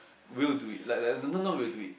will do it like like not not will do it